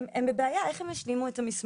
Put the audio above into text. הם בבעיה, איך הם ישלימו את המסמכים?